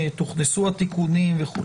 הוכנסו התיקונים וכולי.